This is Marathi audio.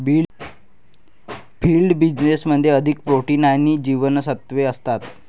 फील्ड बीन्समध्ये अधिक प्रोटीन आणि जीवनसत्त्वे असतात